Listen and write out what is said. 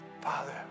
Father